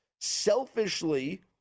Selfishly